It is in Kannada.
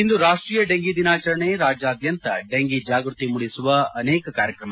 ಇಂದು ರಾಷ್ಷೀಯ ಡೆಂಘಿ ದಿನಾಚರಣೆ ರಾಜ್ಜಾದ್ಬಂತ ಡೆಂಘಿ ಜಾಗ್ಯತಿ ಮೂಡಿಸುವ ಅನೇಕ ಕಾರ್ಯಕ್ರಮ